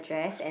s~